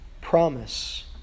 promise